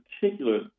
particular